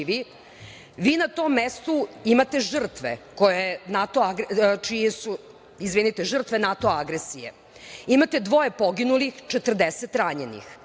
vi na tom mestu imate žrtve NATO agresije. Imate dvoje poginulih i 40 ranjenih.